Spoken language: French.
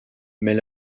mais